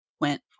went